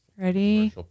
Ready